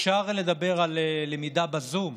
אפשר לדבר על למידה בזום,